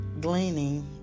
gleaning